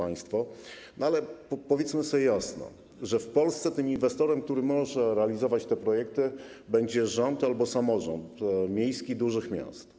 Ale powiedzmy sobie jasno, że w Polsce inwestorem, który może realizować te projekty, będzie rząd albo samorząd miejski dużych miast.